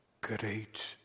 great